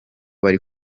bari